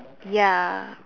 ya